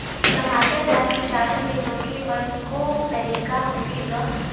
टमाटर ला कीटाणु ले रोके बर को तरीका होथे ग?